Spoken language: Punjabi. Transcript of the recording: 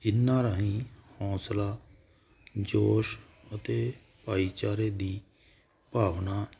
ਇਨਾ ਰਾਹੀ ਹੌਸਲਾ ਜੋਸ਼ ਅਤੇ ਭਾਈਚਾਰੇ ਦੀ ਭਾਵਨਾ